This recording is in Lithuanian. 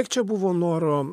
kiek čia buvo noro